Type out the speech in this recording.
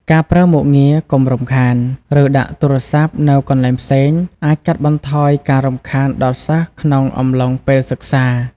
ការប្រើមុខងារ "កុំរំខាន" ឬដាក់ទូរសព្ទនៅកន្លែងផ្សេងអាចកាត់បន្ថយការរំខានដល់សិស្សក្នុងអំឡុងពេលសិក្សា។